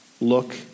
Look